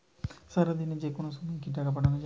সারাদিনে যেকোনো সময় কি টাকা পাঠানো য়ায়?